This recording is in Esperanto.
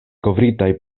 kovritaj